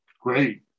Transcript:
Great